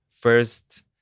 first